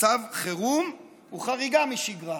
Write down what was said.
מצב חירום הוא חריגה משגרה.